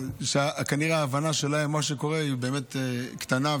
כנראה שההבנה שלהם במה שקורה היא באמת קטנה,